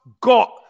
got